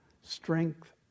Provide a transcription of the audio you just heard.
strength